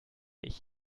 ich